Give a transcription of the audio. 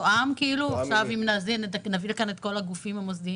עכשיו אם נביא לכאן את כל הגופים המוסדיים